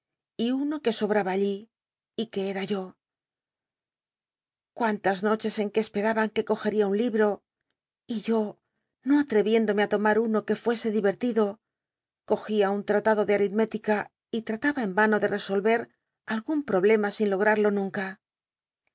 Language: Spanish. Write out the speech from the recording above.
y uno que sobraba allí y que era yo cuúnlas uochcs en uc esperaban que cogcl'ia un libro y yo no atreviéndome i tomar uno que fuese divertido cogía un tratado de aritmética y tr rlaha en vano de resolver algun problema sin lograrlo nunca